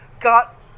Got